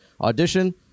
Audition